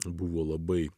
buvo labai